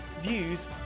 views